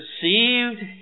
deceived